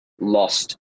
lost